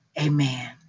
Amen